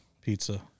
pizza